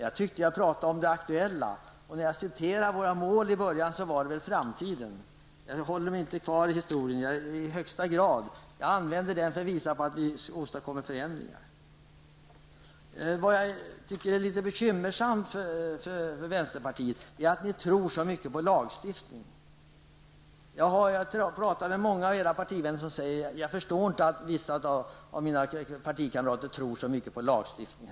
Jag tyckte att jag pratade om det aktuella. När jag i början citerade våra mål handlade det väl om framtiden. Jag håller mig inte alls kvar i historien. Jag använder den för att visa att vi åstadkommer förändringar. Det är litet bekymmersamt att man inom vänsterpartiet tror så mycket på lagstiftning. Jag har pratat med många av era partivänner som säger: Jag förstår inte att vissa av mina partikamrater tror så mycket på lagstiftning.